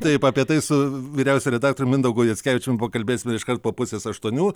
taip apie tai su vyriausiu redaktorium mindaugu jackevičium pakalbėsime ir iškart po pusės aštuonių